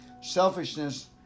selfishness